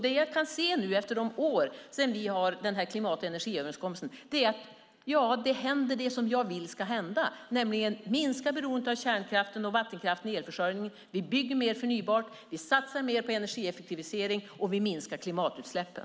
Det jag kan se nu åren efter energi och klimatöverenskommelsen är att det händer som jag vill ska hända. Vi minskar nämligen beroendet av kärnkraften och vattenkraften för elförsörjningen, vi bygger mer förnybart, vi satsar mer på energieffektivisering och vi minskar klimatutsläppen.